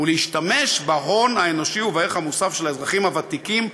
ולהשתמש בהון האנושי ובערך המוסף של האזרחים הוותיקים,